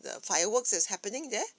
the fireworks that's happening there